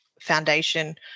foundation